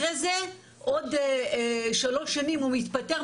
אחרי זה עוד שלוש שנים הוא מתפטר,